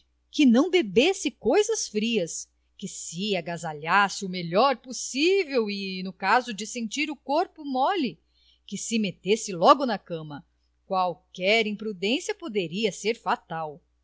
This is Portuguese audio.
que não bebesse coisas frias que se agasalhasse o melhor possível e no caso de sentir o corpo mole que se metesse logo na cama qualquer imprudência poderia ser fatal